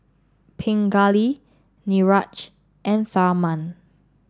Pingali Niraj and Tharman